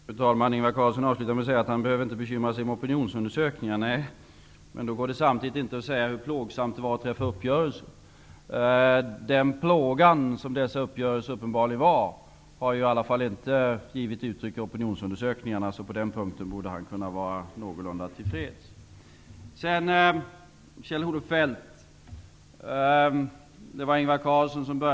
Fru talman! Ingvar Carlsson avslutade med att säga att han inte behöver bekymra sig om opinionsundersökningar. Nej, men då går det inte att samtidigt tala om hur plågsamt det var att träffa uppgörelser. Den plåga som dessa uppgörelser uppenbarligen var har ju i alla fall inte givit utslag i opinionsundersökningarna, så på den punkten borde han kunna vara någorlunda till freds. Sedan detta med Kjell-Olof Feldt. Det var Ingvar Adelsohn.